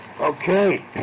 okay